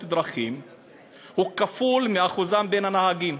דרכים הוא כפול מהאחוז שלהם בין הנהגים.